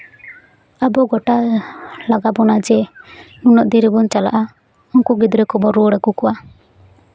ᱟᱵᱚ ᱜᱳᱴᱟ ᱞᱟᱜᱟ ᱵᱚᱱᱟ ᱡᱮ ᱩᱱᱟᱹᱜ ᱫᱤᱱ ᱨᱮᱵᱚ ᱪᱟᱞᱟᱜᱼᱟ ᱩᱱᱠᱩ ᱜᱤᱫᱽᱨᱟᱹ ᱠᱚᱵᱚ ᱨᱩᱣᱟᱹᱲ ᱟᱜᱩ ᱠᱚᱣᱟ